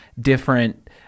different